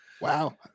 Wow